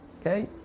Okay